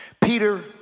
Peter